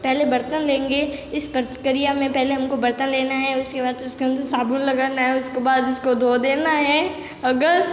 पहले बर्तन लेंगे इस प्रक्रिया में पहले हमको बर्तन लेना है उसके बाद उसके अंदर साबुन लगाना है उसके बाद उसको धो देना है अगर